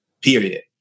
period